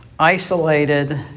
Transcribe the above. isolated